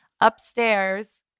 upstairs